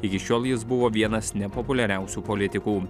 iki šiol jis buvo vienas nepopuliariausių politikų